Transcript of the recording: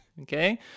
okay